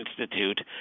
Institute